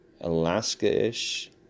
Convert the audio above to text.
Alaska-ish